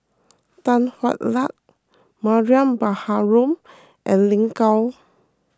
Tan Hwa Luck Mariam Baharom and Lin Gao